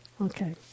Okay